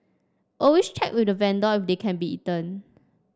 always check with the vendor if they can be eaten